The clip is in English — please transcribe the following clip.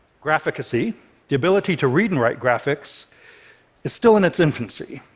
graphicacy the ability to read and write graphics is still in its infancy.